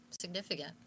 significant